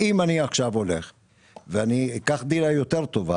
אם אני עכשיו אקח דירה יותר טובה